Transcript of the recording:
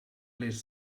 les